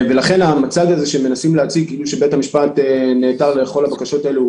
לכן המצג שמנסים להציג כאילו שבית המשפט נעתר לכל הבקשות האלה,